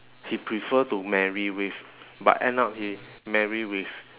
she prefer to marry with but end up she marry with